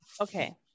Okay